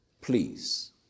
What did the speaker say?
Please